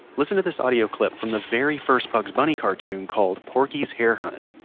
listen to this audio clip from the very first bugs bunny cartoon called, porky's hare hunt,